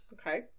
Okay